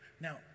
Now